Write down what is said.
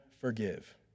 forgive